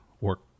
work